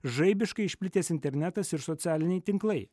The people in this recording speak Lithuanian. žaibiškai išplitęs internetas ir socialiniai tinklai